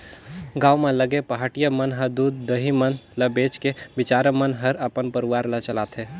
गांव म लगे पहाटिया मन ह दूद, दही मन ल बेच के बिचारा मन हर अपन परवार ल चलाथे